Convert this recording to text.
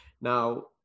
Now